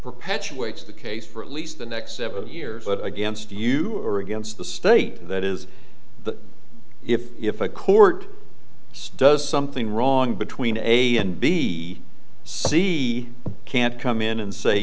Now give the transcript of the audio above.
perpetuates the case for at least the next several years but against you or against the state that is the if if a court stas something wrong between a and b c can't come in and say